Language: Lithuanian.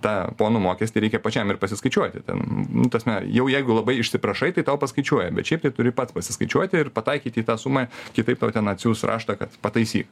tą ponų mokestį reikia pačiam ir pasiskaičiuoti ten nu tasme jau jeigu labai išsiprašai tai tau paskaičiuoja bet šiaip tai turi pats pasiskaičiuoti ir pataikyti į tą sumą kitaip tau ten atsiųs raštą kad pataisyk